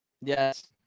Yes